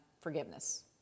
forgiveness